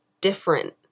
different